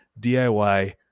diy